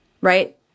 right